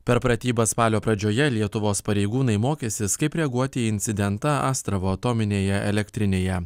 per pratybas spalio pradžioje lietuvos pareigūnai mokysis kaip reaguoti į incidentą astravo atominėje elektrinėje